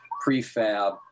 prefab